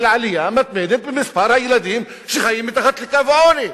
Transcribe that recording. עלייה מתמדת במספר הילדים שחיים מתחת לקו העוני.